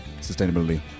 sustainability